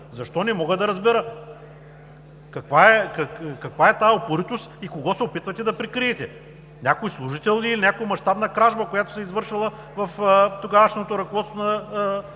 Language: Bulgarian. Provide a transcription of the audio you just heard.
Защо? Не мога да разбера. Каква е тази упоритост и кого се опитвате да прикриете? Някой служител ли или някоя мащабна кражба, която се е извършила в тогавашното ръководство на